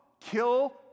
kill